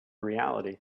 reality